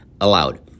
allowed